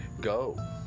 Go